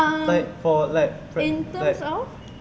like for like like